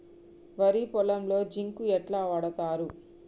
వరి పొలంలో జింక్ ఎట్లా వాడుతరు?